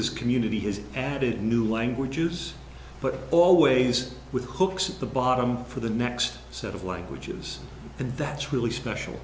this community has added new language use but always with hooks at the bottom for the next set of languages and that's really special